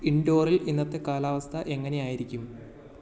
ഇൻഡോറിൽ ഇന്നത്തെ കാലാവസ്ഥ എങ്ങനെയായിരിക്കും